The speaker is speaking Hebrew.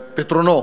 פתרונו.